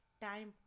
Time